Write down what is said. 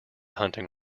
hunting